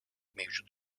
mevcut